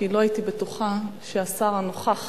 כי לא הייתי בטוחה שהשר הנוכח